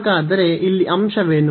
ಹಾಗಾದರೆ ಇಲ್ಲಿ ಈ ಅಂಶವೇನು